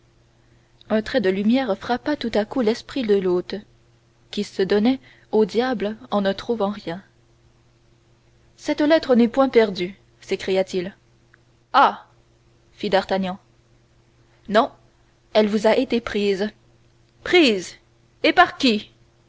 un trait de lumière frappa tout à coup l'esprit de l'hôte qui se donnait au diable en ne trouvant rien cette lettre n'est point perdue s'écria-t-il ah fit d'artagnan non elle vous a été prise prise et par qui